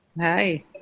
Hi